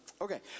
okay